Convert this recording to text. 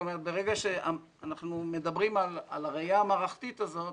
ברגע שאנחנו מדברים על הראייה המערכתית הזאת,